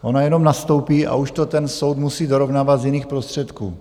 Ona jenom nastoupí a už to ten soud musí dorovnávat z jiných prostředků.